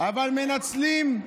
אבל מנצלים, הכול נקי.